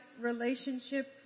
relationship